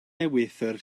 ewythr